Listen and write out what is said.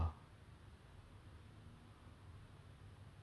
அது வந்து:athu vanthu sea games மாறி தான் ஆனா:maari thaan aanaa